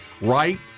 right